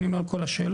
אני אומר כל השאלות,